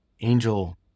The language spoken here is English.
Angel